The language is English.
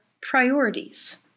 priorities